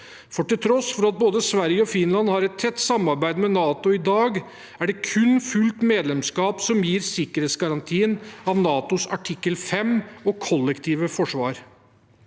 Til tross for at både Sverige og Finland har et tett samarbeid med NATO i dag, er det kun fullt medlemskap som gir sikkerhetsgarantien i NATOs Artikkel 5, det kollektive forsvar.